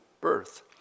birth